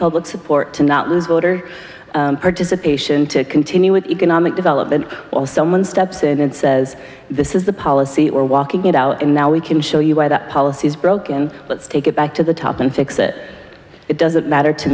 public support to not use voter participation to continue with economic development while someone steps in and says this is the policy or walking it out and now we can show you why that policy is broken let's take it back to the top and fix it it doesn't matter to